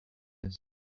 this